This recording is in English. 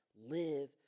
Live